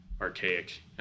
archaic